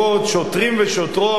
שוטרים ושוטרים,